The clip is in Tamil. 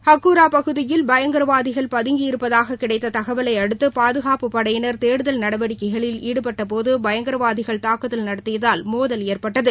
ஹக்குரா பகுதியில் பயங்கரவாதிகள் பதங்கியிருப்பதாக கிடைத்த தகவலை அடுத்து பாதுகாப்பு படையினர் தேடுதல் நடவடிக்கையில் ஈடுபட்ட போது பயங்கர வாதிகள் தாக்குதல் நடத்தியதால் மோதல் ஏற்பட்டது